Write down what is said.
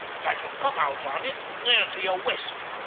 and i shall come out on it there to your west.